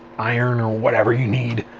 iron or whatever you need.